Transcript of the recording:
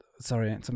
Sorry